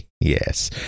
yes